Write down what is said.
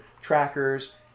trackers